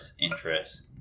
interest